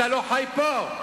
אתה לא חי פה?